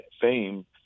fame